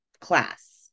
class